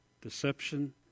deception